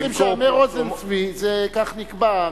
מרוזן-צבי כך נקבע,